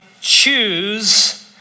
choose